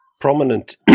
prominent